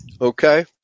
Okay